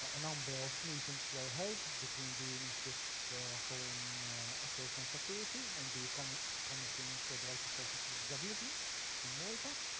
a number of meetings were held between the ministry of home affairs and security and the commission for the rights of persons with disabilities in malta.